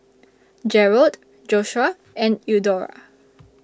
Jerold Joshuah and Eudora